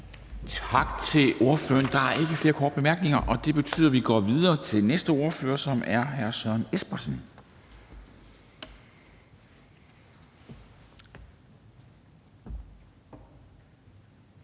Tak til ordføreren. Der er ikke flere korte bemærkninger, og det betyder, at vi går videre, og det er så nu hr. Per Larsen, Det